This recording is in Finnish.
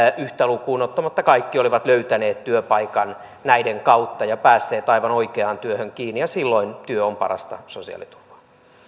yhtä lukuun ottamatta kaikki olivat löytäneet työpaikan näiden kautta ja päässeet aivan oikeaan työhön kiinni ja silloin työ on parasta sosiaaliturvaa